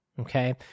okay